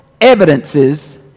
evidences